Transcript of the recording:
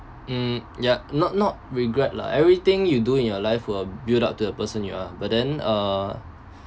hmm ya not not regret lah everything you do in your life will build up to the person you are but then uh